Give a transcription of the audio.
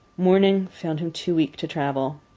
morning found him too weak to travel.